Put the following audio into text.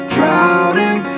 Drowning